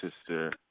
sister